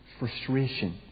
frustration